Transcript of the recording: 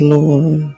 Lord